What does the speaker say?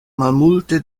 malmulte